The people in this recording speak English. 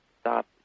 stop